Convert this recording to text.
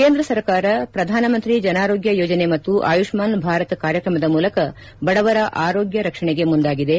ಕೇಂದ್ರ ಸರ್ಕಾರ ಪ್ರಧಾನಮಂತ್ರಿ ಜನಾರೋಗ್ಗ ಯೋಜನೆ ಮತ್ತು ಆಯುಷ್ನಾನ್ ಭಾರತ್ ಕಾರ್ಯಕ್ರಮದ ಮೂಲಕ ಬಡವರ ಆರೋಗ್ಯ ರಕ್ಷಣೆಗೆ ಮುಂದಾಗಿದೆ